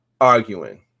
arguing